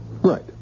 Right